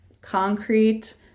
concrete